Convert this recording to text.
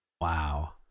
Wow